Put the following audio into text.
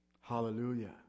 Hallelujah